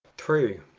three.